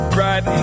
right